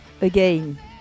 again